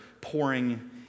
pouring